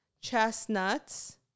chestnuts